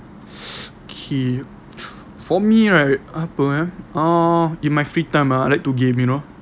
kay for me right apa eh uh in my free time I like to game you know